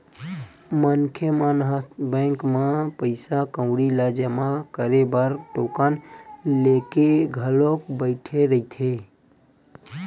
मनखे मन ह बैंक म पइसा कउड़ी ल जमा करे बर टोकन लेके घलोक बइठे रहिथे